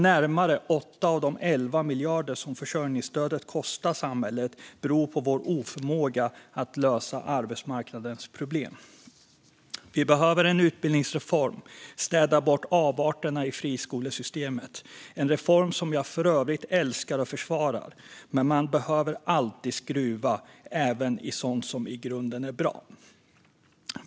Närmare 8 av de 11 miljarder som försörjningsstödet kostar samhället beror alltså på vår oförmåga att lösa arbetsmarknadens problem. Vi behöver en utbildningsreform och städa bort avarterna i friskolesystemet. Det är en reform som jag för övrigt älskar och försvarar. Men man behöver alltid skruva, även på sådant som i grunden är bra.